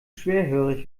schwerhörig